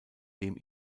dem